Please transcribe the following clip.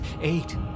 eight